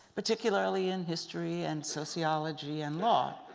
particularly in history and sociology and law.